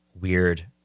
weird